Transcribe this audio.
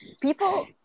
People